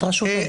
ואת רשות הדואר.